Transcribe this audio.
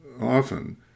often